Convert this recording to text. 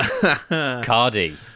Cardi